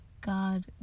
God